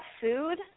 food